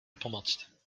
pomoct